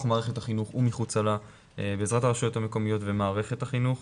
מערכת החינוך ומחוצה לה בעזרת הרשויות המקומיות ומערכת החינוך.